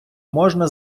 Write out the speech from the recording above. можна